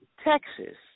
Texas